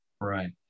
Right